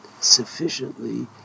sufficiently